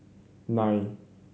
nine